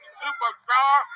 superstar